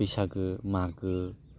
बैसागो मागो